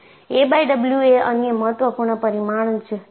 a by W એ અન્ય મહત્વપૂર્ણ પરિમાણ જ છે